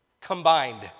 Combined